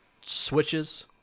switches